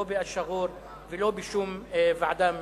לא בא-שגור ולא בשום ועדה ממונה.